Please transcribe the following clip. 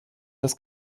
das